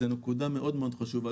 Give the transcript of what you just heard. זאת נקודה מאוד חשובה.